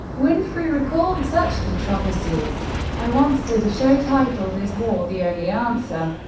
winfrey recalled such controversies i once did a show titled is war the only answer?